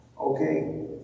okay